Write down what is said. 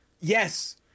Yes